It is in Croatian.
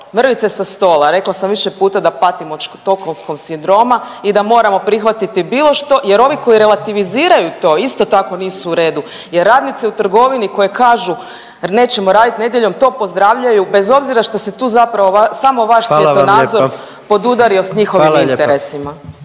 mrvice sa stola, rekla sam više puta da patim od štokholmskog sindroma i da moramo prihvatiti bilo što jer ovi koji relativiziraju to isto tako nisu u redu jer radnice u trgovini koje kažu …/Govornik se ne razumije/… nećemo radit nedjeljom to pozdravljaju bez obzira što se tu zapravo samo vaš svjetonazor …/Upadica predsjednik: